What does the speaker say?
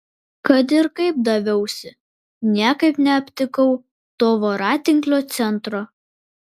kad ir kaip daviausi niekaip neaptikau to voratinklio centro